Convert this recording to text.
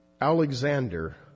Alexander